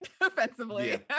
offensively